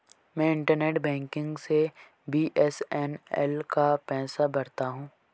मैं internet banking से BSNL का पैसा भरता हूं